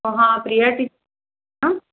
हां प्रिया टी